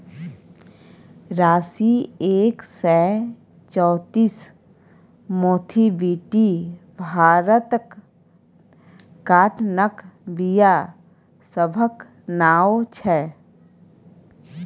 राशी एक सय चौंतीस, मोथीबीटी भारतक काँटनक बीया सभक नाओ छै